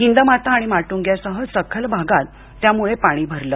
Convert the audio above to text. हिंदमाता आणि माटुंग्यासह सखल भागात त्यामुळे पाणी भरलं